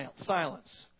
silence